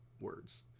words